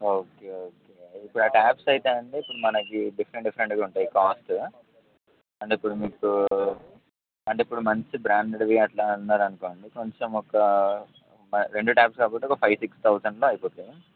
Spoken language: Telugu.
ఓకే ఓకే ఇప్పుడు ఆ ట్యాప్స్ అయితే అండి ఇప్పుడు మనకు డిఫరెంట్ డిఫరెంట్గా ఉంటాయి కాస్ట్ అంటే ఇప్పుడు మీకు అంటే ఇప్పుడు మంచి బ్రాండెడ్వి అట్లా అన్నారు అనుకోండి కొంచెం ఒక రెండు ట్యాప్స్ కాబట్టి ఒక ఫైవ్ సిక్స్ థౌసండ్లో అయిపోతాయి